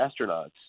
astronauts